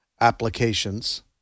applications